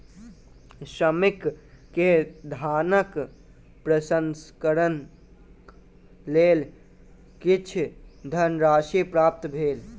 श्रमिक के धानक प्रसंस्करणक लेल किछ धनराशि प्राप्त भेल